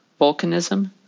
volcanism